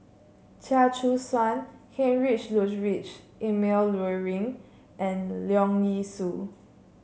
Chia Choo Suan Heinrich Ludwig Emil Luering and Leong Yee Soo